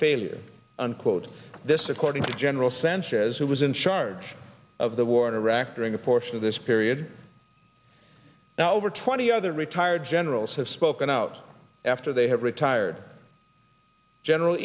failure unquote this according to general sanchez who was in charge of the war in iraq during a portion of this period now over twenty other retired generals have spoken out after they have retired general